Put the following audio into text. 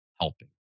helping